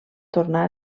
tornar